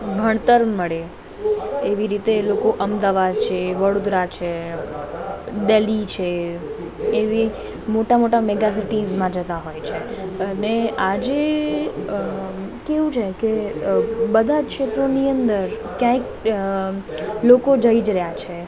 ભણતર મળે એવી રીતે એ લોકો અમદાવાદ છે વડોદરા છે દિલ્હી છે એવી મોટા મોટા મેગા સિટીઝમાં જતા હોય છે અને આજે અ કેવું છે કે બધા જ ક્ષેત્રોની અંદર ક્યાંક અ લોકો જઇ જ રહ્યા છે